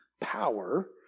power